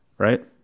Right